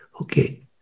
Okay